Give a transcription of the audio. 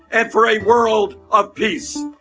and for a world of peace.